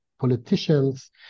politicians